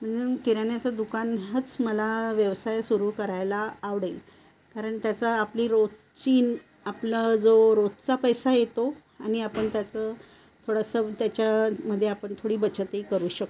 म्हणून किराण्याचं दुकान हाच मला व्यवसाय सुरू करायला आवडेल कारण त्याचा आपली रोजची आपला जो रोजचा पैसा येतो आणि आपण त्याचं थोडंसं त्याच्यामध्ये आपण थोडी बचतही करू शकतो